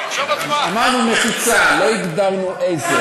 זה יכול להיות גם, אמרנו מחיצה, לא הגדרנו איזו.